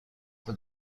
for